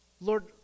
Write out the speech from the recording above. Lord